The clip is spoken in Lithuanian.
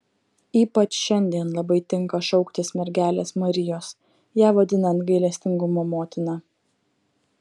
ypač šiandien labai tinka šauktis mergelės marijos ją vadinant gailestingumo motina